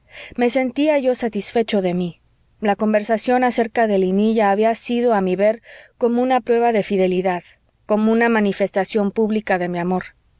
me sentía yo satisfecho de mí la conversación acerca de linilla había sido a mi ver como una prueba de fidelidad como una manifestación pública de mi amor